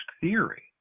theory